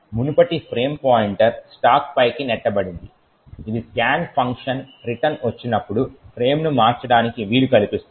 మునుపటి frame pointer stack పైకి నెట్టబడింది ఇది scan ఫంక్షన్ రిటర్న్ వచ్చినప్పుడు ఫ్రేమ్ ను మార్చడానికి వీలు కల్పిస్తుంది